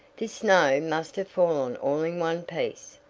this snow must have fallen all in one piece.